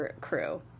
crew